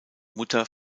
mutter